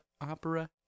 opera